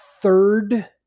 third